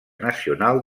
nacional